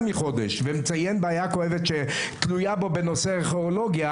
מחודש ומציין בעיה כואבת שתלויה בו בנושא ארכיאולוגיה,